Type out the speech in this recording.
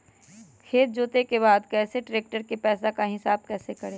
खेत जोते के बाद कैसे ट्रैक्टर के पैसा का हिसाब कैसे करें?